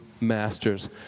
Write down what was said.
masters